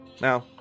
Now